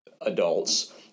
adults